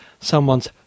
someone's